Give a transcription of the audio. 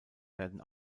werden